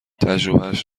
تجربهاش